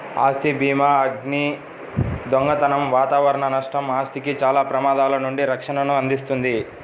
ఆస్తి భీమాఅగ్ని, దొంగతనం వాతావరణ నష్టం, ఆస్తికి చాలా ప్రమాదాల నుండి రక్షణను అందిస్తుంది